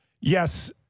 Yes